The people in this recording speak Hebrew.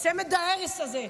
צמד ההרס הזה.